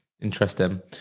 interesting